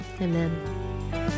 Amen